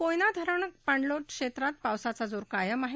कोयना धरण पाणलोट क्षेत्रात पावसाचा जोर कायम सातारा आहे